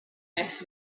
next